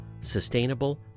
sustainable